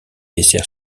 dessert